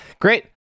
Great